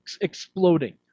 exploding